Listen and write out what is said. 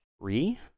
three